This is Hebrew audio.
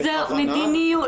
זה מדיניות.